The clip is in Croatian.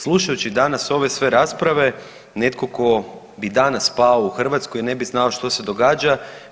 Slušajući danas ove sve rasprave, netko tko bi danas pao u Hrvatskoj, ne bi znao što se događa.